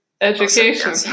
education